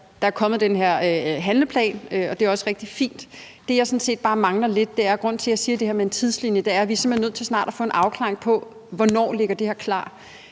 der er kommet den her handleplan, og det er også rigtig fint. Grunden til, at jeg siger det her med en tidslinje, er, at vi simpelt hen er nødt til snart at få en afklaring på, hvornår det her ligger klar,